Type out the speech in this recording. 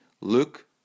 look